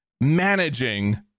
managing